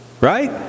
right